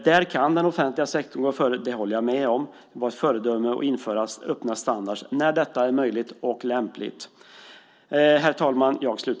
Där kan den offentliga sektorn gå före. Det håller jag med om. Man kan vara ett föredöme och införa öppna standarder när detta är möjligt och lämpligt.